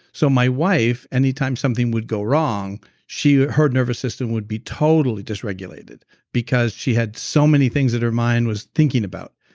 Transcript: so my wife, anytime something would go wrong her nervous system would be totally disregulated because she had so many things that her mind was thinking about.